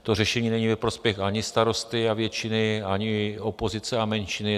To řešení není ve prospěch ani starosty a většiny, ani opozice a menšiny.